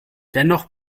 dennoch